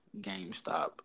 GameStop